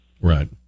Right